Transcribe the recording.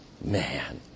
man